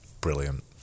brilliant